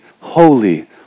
holy